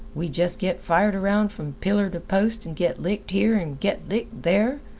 we just get fired around from pillar to post and get licked here and get licked there,